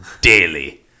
daily